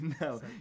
No